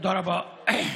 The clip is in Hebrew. תודה רבה.